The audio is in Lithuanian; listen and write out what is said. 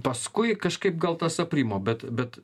paskui kažkaip gal tas aprimo bet bet